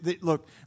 Look